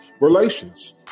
relations